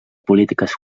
polítiques